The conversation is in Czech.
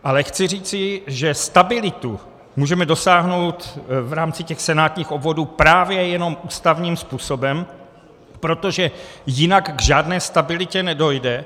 Ale chci říci, že stabilitu můžeme dosáhnout v rámci těch senátních obvodů právě jenom ústavním způsobem, protože jinak k žádné stabilitě nedojde.